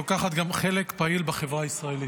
היא גם לוקחת חלק פעיל בחברה הישראלית.